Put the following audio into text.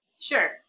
Sure